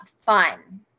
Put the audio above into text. fun